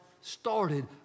started